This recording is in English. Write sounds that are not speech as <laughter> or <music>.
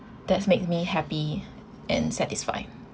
that's makes me happy <breath> and satisfied